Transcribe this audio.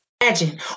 Imagine